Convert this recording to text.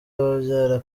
babyara